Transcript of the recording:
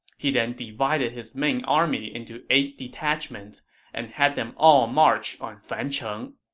he then divided his main army into eight detachments and had them all march on fancheng